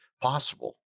possible